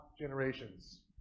generations